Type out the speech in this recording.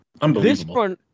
Unbelievable